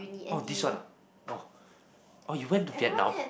oh this one ah orh orh you went to Vietnam